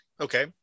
Okay